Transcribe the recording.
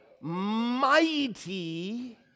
mighty